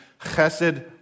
Chesed